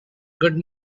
good